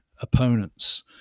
opponents